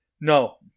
No